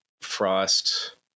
Frost